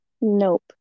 Nope